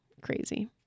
crazy